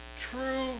true